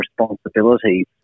responsibilities